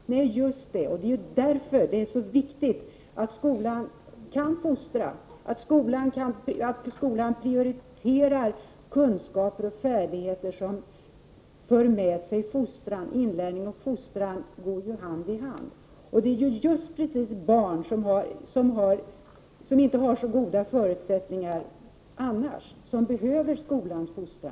Nej, just det, och det är därför som det är så viktigt att skolan kan fostra, att skolan prioriterar kunskaper och färdigheter som för med sig fostran. Inlärning och fostran går ju hand i hand, och det är barn som inte har så goda förutsättningar som behöver skolans fostran.